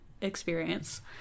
experience